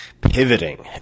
pivoting